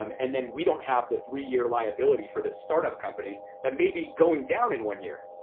um and then we don't have the three-year liability for this startup company that may be going down in one year.